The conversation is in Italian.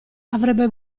avrebbe